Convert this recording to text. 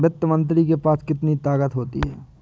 वित्त मंत्री के पास कितनी ताकत होती है?